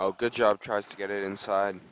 oh good job tries to get inside